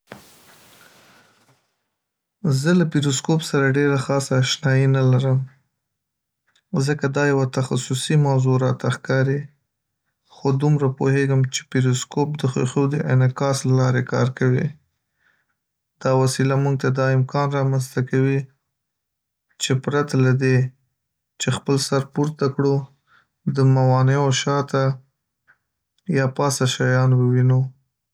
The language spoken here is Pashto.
زه له پیروسکوپ سره ډېره خاصه آشنایي نه لرم، ځکه دا یوه تخصصي موضوع راته ښکاري. خو دومره پوهېږم چې پیروسکوپ د ښیښو د انعکاس له لارې کار کوي. دا وسیله موږ ته دا امکان رامنځ ته کوي، چې پرته له دې چې خپل سر پورته کړو د موانعو شاته یا پاسه شیان ووینو.